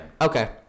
Okay